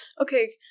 Okay